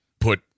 put